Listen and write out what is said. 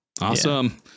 awesome